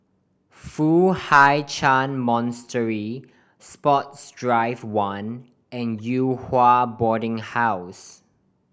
Foo Hai Ch'an Monastery Sports Drive One and Yew Hua Boarding House